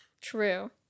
true